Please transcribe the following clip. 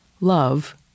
love